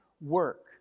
work